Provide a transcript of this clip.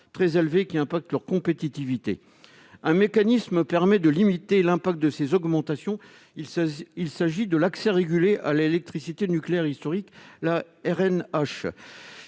très élevés, qui affectent leur compétitivité. Un mécanisme permet de limiter l'impact de ces augmentations. Il s'agit de l'Arenh, l'accès régulé à l'électricité nucléaire historique, qui